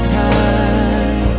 time